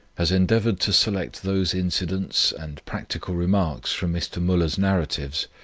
has endeavored to select those incidents and practical remarks from mr. muller's narratives,